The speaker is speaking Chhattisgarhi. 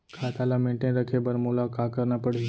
खाता ल मेनटेन रखे बर मोला का करना पड़ही?